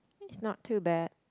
it's not too bad